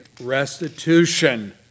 restitution